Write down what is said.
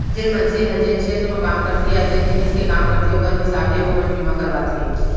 जेन मनसे ह जेन छेत्र म काम करथे या जेन जिनिस के काम करथे ओकर हिसाब ले ओमन बीमा करवाथें